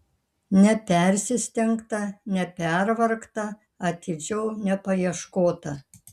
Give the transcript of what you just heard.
nepersistengta nepervargta atidžiau nepaieškota